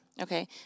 Okay